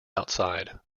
outside